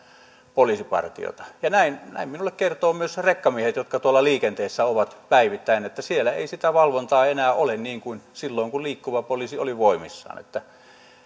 poliisipartiota ja näin näin minulle kertovat myös rekkamiehet jotka tuolla liikenteessä ovat päivittäin että siellä ei sitä valvontaa enää ole niin kuin silloin kun liikkuva poliisi oli voimissaan